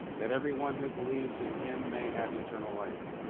that everyone who believes in him may have eternal life.